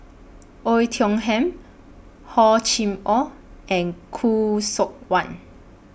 Oei Tiong Ham Hor Chim Or and Khoo Seok Wan